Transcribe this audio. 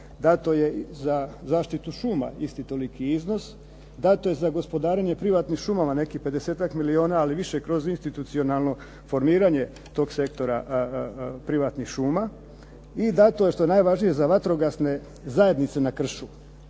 dato je i za zaštitu šuma isti toliki iznos, dato je za gospodarenje privatnim šumama 50-ak milijuna ali više kroz institucionalno formiranje toga sektora privatnih šuma i dato je što je najvažnije za vatrogasne zajednice na kršu.